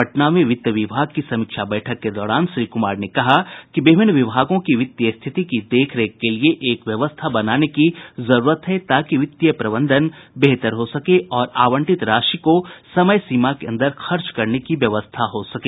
पटना में वित्त विभाग की समीक्षा बैठक के दौरान श्री कुमार ने कहा कि विभिन्न विभागों की वित्तीय स्थिति की देख रेख के लिए एक व्यवस्था बनाने की जरूरत है ताकि वित्तीय प्रबंधन बेहतर हो सके और आवंटित राशि को समयसीमा के अंदर खर्च करने की व्यवस्था हो सके